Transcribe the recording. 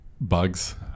bugs